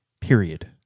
period